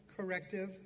corrective